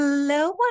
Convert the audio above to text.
Hello